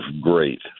great